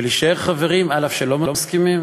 ולהישאר חברים אף שלא מסכימים